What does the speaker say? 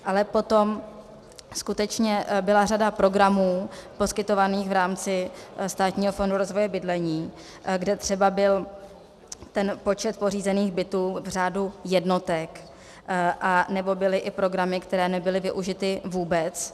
Ale potom skutečně byla řada programů poskytovaných v rámci Státního fondu rozvoje bydlení, kde třeba byl ten počet pořízených v řádu jednotek, anebo byly i programy, které nebyly využity vůbec.